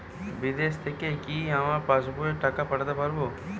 বিদেশ থেকে কি আমার পাশবইয়ে টাকা পাঠাতে পারবে?